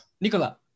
Nikola